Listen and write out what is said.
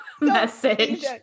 message